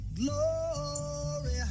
glory